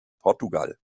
portugal